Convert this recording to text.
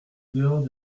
dehors